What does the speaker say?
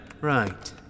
Right